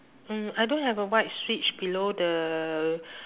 mm I don't have a white switch below the